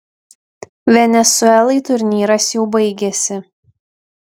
venesuelai turnyras jau baigėsi